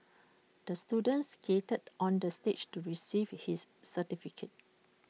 the student skated onto the stage to receive his certificate